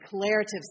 declarative